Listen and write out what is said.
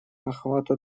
охвата